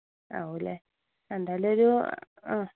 ആകില്ലേ എന്തായലൊരു ആ